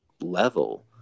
level